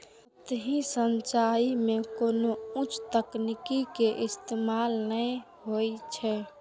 सतही सिंचाइ मे कोनो उच्च तकनीक के इस्तेमाल नै होइ छै